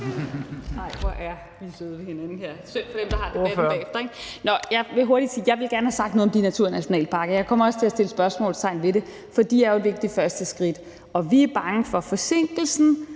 gerne ville have sagt noget om de naturnationalparker. Jeg kommer også til at sætte spørgsmålstegn ved det, for de er jo et vigtigt første skridt. Vi er bange for forsinkelsen,